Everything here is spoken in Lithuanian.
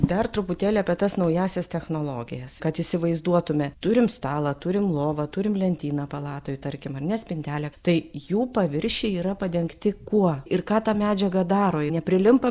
dar truputėlį apie tas naująsias technologijas kad įsivaizduotume turim stalą turim lovą turim lentyną palatoj tarkim ar ne spintelę tai jų paviršiai yra padengti kuo ir ką ta medžiaga daro neprilimpa